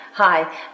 Hi